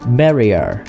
barrier